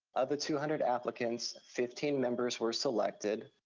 of the two hundred applicants, fifteen members were selected.